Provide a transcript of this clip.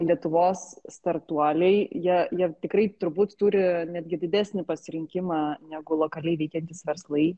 lietuvos startuoliai jie jie tikrai turbūt turi netgi didesnį pasirinkimą negu lokaliai veikiantys verslai